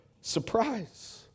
Surprise